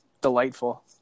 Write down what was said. delightful